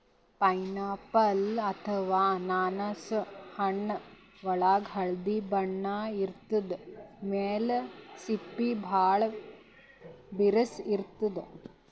pineapple ಅಥವಾ ಅನಾನಸ್ ಹಣ್ಣ್ ಒಳ್ಗ್ ಹಳ್ದಿ ಬಣ್ಣ ಇರ್ತದ್ ಮ್ಯಾಲ್ ಸಿಪ್ಪಿ ಭಾಳ್ ಬಿರ್ಸ್ ಇರ್ತದ್